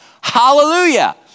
Hallelujah